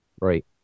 Right